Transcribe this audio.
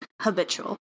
habitual